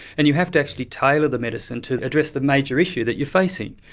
and you have to actually tailor the medicine to address the major issue that you're facing.